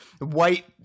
white